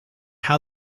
how